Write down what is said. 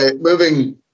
Moving